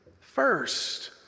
first